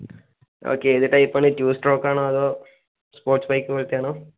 okay ഏത് type ആണ് two stroke ആണോ അതോ സ്പോർട്സ് ബൈക്ക് പോലത്തെ ആണോ